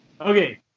Okay